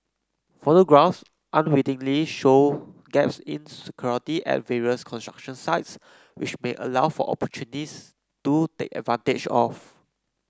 photographs unwittingly show gaps in security at various construction sites which may allow for opportunists to take advantage of